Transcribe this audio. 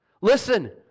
Listen